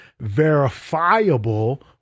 verifiable